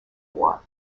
war